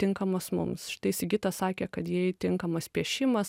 tinkamas mums štai sigita sakė kad jai tinkamas piešimas